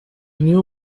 new